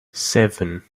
seven